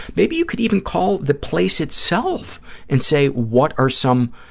maybe you could even call the place itself and say, what are some